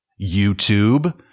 YouTube